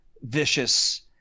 vicious